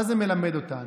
מה זה מלמד אותנו?